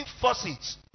forces